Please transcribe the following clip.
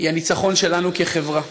הוא הניצחון שלנו כחברה.